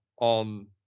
on